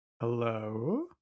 hello